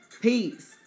Peace